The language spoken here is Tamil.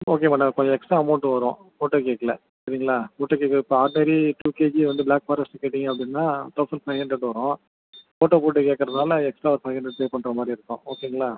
ஓகே மேடம் கொஞ்சம் எக்ஸ்ட்ரா அமௌன்ட்டு வரும் ஃபோட்டோ கேக்கில் சரிங்களா ஃபோட்டோ கேக்கு இப்போ ஆர்ட்னரி டூ கேஜி வந்து ப்ளாக் ஃபாரெஸ்ட்டு கேட்டீங்க அப்படின்னா தெளசன்ட் ஃபைவ் ஹண்ரட் வரும் ஃபோட்டோ போட்டு கேட்கறதால எக்ஸ்ட்ரா ஒரு ஃபைவ் ஹண்ரட் பே பண்ணுற மாதிரி இருக்கும் ஓகேங்களா